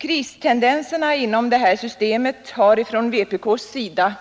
Kristendenserna inom detta system har av vpk